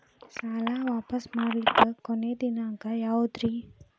ಸಾಲಾ ವಾಪಸ್ ಮಾಡ್ಲಿಕ್ಕೆ ಕೊನಿ ದಿನಾಂಕ ಯಾವುದ್ರಿ?